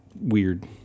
weird